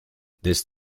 this